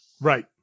Right